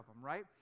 right